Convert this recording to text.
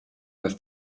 das